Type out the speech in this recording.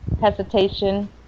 hesitation